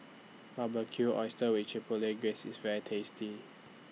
Barbecued Oysters with Chipotle Glaze IS very tasty